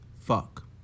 Fuck